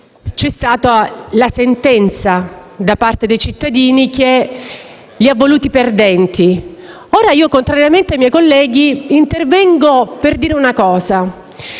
c'è stata la sentenza da parte dei cittadini, che li ha voluti perdenti. Ora, contrariamente ai miei colleghi, intervengo per dire che non